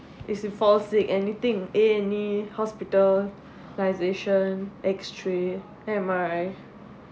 is he fall sick anything any hospitalization X-ray M_R_I